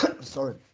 sorry